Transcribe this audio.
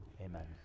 Amen